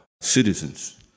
citizens